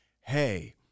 hey